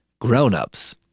grownups